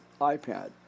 ipad